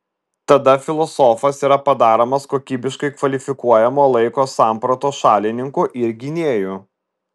tada filosofas yra padaromas kokybiškai kvalifikuojamo laiko sampratos šalininku ir gynėju